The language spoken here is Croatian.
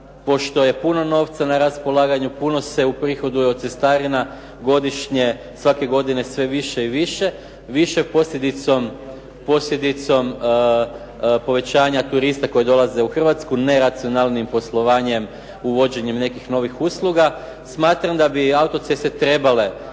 pošto je puno novca na raspolaganju, puno se uprihoduje od cestarina godišnje, svake godine sve više i više, više posljedicom povećanja turista koji dolaze u Hrvatsku, neracionalnijim poslovanjem, uvođenjem nekih novih usluga. Smatram da bi autoceste trebale